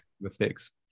mistakes